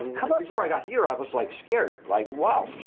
and but before i got here, i was like scared like wow,